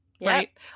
right